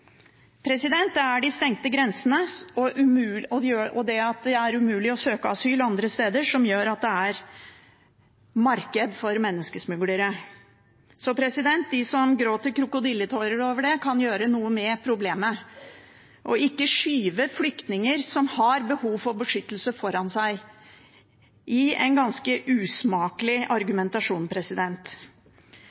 Det er de stengte grensene og det at det er umulig å søke asyl andre steder, som gjør at det er marked for menneskesmuglere. De som gråter krokodilletårer over det, kan gjøre noe med problemet og ikke skyve flyktninger som har behov for beskyttelse, foran seg i en ganske usmakelig argumentasjon.